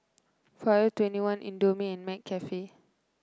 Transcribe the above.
Forever Twenty One Indomie and McCafe